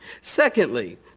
Secondly